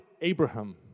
Abraham